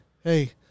Hey